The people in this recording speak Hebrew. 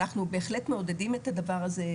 אנחנו בהחלט מעודדים את הדבר הזה,